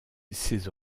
ses